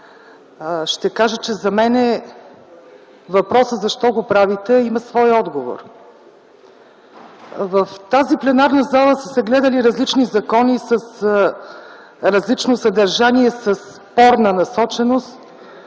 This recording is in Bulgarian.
ще кажа, че за мен въпросът: защо го правите – има своя отговор. В тази пленарна зала са се гледали различни закони с различно съдържание, със спорна насоченост.